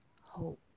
hope